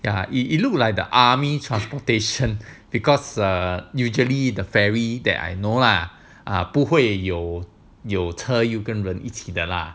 ya it it looked like the army transportation because err usually the ferry that I know lah err 不会有有车跟人一起的啦